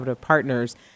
partners